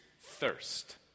thirst